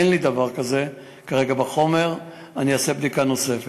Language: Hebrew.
אין לי דבר כזה כרגע בחומר, אני אעשה בדיקה נוספת.